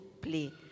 play